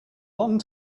long